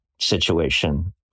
situation